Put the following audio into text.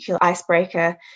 icebreaker